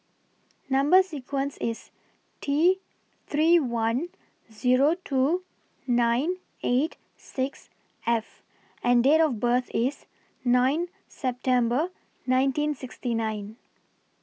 Number sequence IS T three one Zero two nine eight six F and Date of birth IS nine September nineteen sixty nine